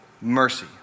mercy